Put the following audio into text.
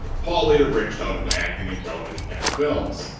paul later branched out into acting in television and films.